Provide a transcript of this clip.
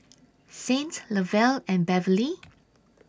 Saint Lovell and Beverley